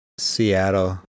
Seattle